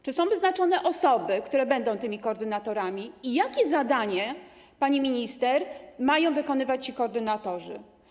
Czy są wyznaczone osoby, które będą tymi koordynatorami, i jakie zadania, pani minister, mają wykonywać ci koordynatorzy?